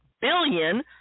billion